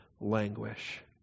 languish